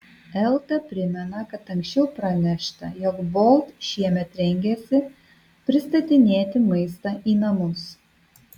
elta primena kad anksčiau pranešta jog bolt šiemet rengiasi pristatinėti maistą į namus